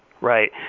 Right